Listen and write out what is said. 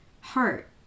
heart